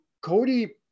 Cody